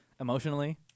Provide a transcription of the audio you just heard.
Emotionally